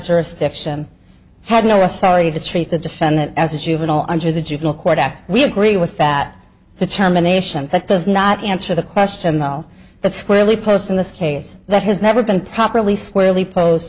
jurisdiction had no authority to treat the defendant as a juvenile under the juvenile court act we agree with that the term a nation that does not answer the question though that squarely posts in this case that has never been properly squarely pose